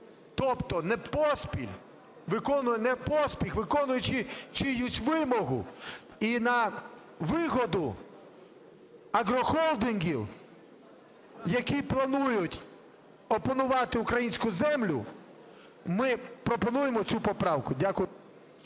Тобто не поспіх, виконуючи чиюсь вимогу, і на вигоду агрохолдингів, які планують опанувати українську землю, ми пропонуємо цю поправку... Дякую.